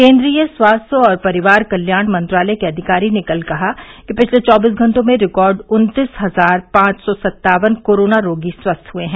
केंद्रीय स्वास्थ्य और परिवार कल्याण मंत्रालय के अधिकारी ने कल कहा कि पिछले चौबीस घंटों में रिकॉर्ड उत्तीस हजार पांच सौ सत्तावन कोरोना रोगी स्वस्थ हए हैं